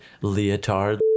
Leotard